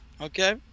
okay